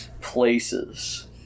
Places